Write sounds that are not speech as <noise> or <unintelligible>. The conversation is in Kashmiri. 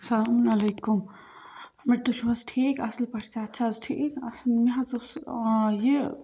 اَلسَلامُ علیکُم <unintelligible> تُہۍ چھُو حظ ٹھیٖک اصٕل پٲٹھۍ صحت چھا حظ ٹھیٖک <unintelligible> مےٚ حظ اوس ٲں یہِ